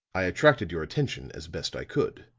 i attracted your attention as best i could.